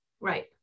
Right